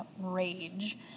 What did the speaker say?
rage